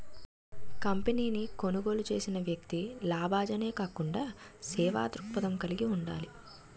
కంపెనీని కొనుగోలు చేసిన వ్యక్తి లాభాజనే కాకుండా సేవా దృక్పథం కలిగి ఉండాలి